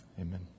Amen